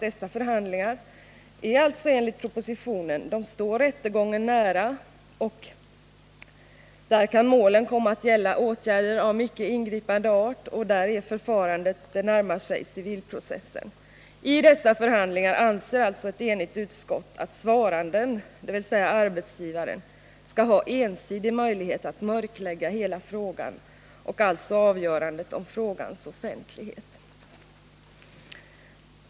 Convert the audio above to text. Dessa förhandlingar står alltså enligt propositionen rättegången nära. Målen kan också komma att gälla åtgärder av mycket ingripande art, och förfarandet närmar sig civilprocessen. Men ett enigt utskott anser att svaranden, dvs. arbetsgivaren, i dessa förhandlingar skall ha ensidig möjlighet att mörklägga hela frågan, ha avgörandet om frågans offentlighet.